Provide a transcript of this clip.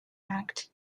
act